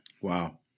Wow